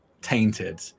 tainted